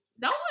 no